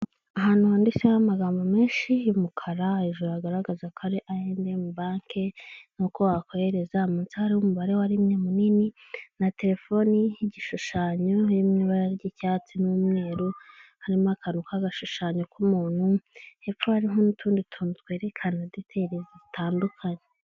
Ahantu handitseho amagambo menshi y'umukara, hejuru hagaragaza ko ayi endemu banke, nkuko wakohereza munsi hari umubare wa rimwe munini, na telefoni y'igishushanyo, ibara ry'icyatsi n'umweru harimo akantu k'agashushanyo k'umuntu, hepfo harimo n'utundi tuntu twerekana diteyili zitandukanye.